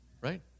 Right